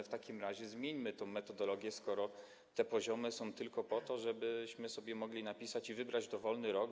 W takim razie zmieńmy tę metodologię, skoro te poziomy są tylko po to, żebyśmy mogli zapisać i wybrać dowolny rok.